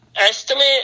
Estimate